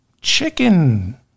Chicken